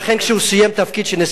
ולכן, כשהוא סיים תפקיד של נשיא